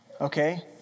Okay